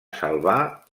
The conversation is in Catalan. salvar